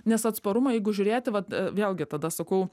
nes atsparumą jeigu žiūrėti vat vėlgi tada sakau